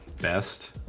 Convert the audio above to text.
best